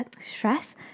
stress